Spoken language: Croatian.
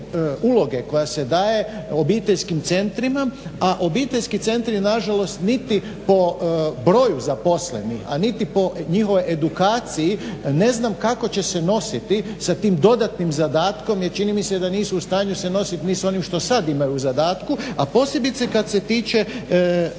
uloge koja se daje obiteljskim centrima a obiteljski centri nažalost niti po broju zaposlenih a niti po njihovoj edukaciji ne znam kako će se nositi sa tim dodatnim zadatkom jer čini mi se da nisu u stanju se nositi ni s onim što imaju u zadatku, a posebice kad se tiče